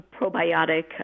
probiotic